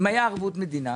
אם היה ערבות מדינה,